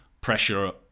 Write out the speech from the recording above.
pressure